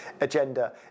agenda